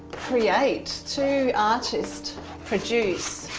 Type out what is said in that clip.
create two artists produce